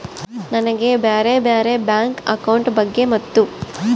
ನನಗೆ ಬ್ಯಾರೆ ಬ್ಯಾರೆ ಬ್ಯಾಂಕ್ ಅಕೌಂಟ್ ಬಗ್ಗೆ ಮತ್ತು?